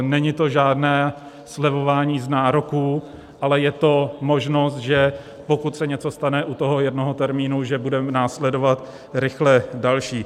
Není to žádné slevování z nároků, ale je to možnost, že pokud se něco stane u toho jednoho termínu, že bude následovat rychle další.